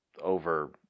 over